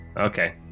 Okay